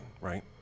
right